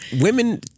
Women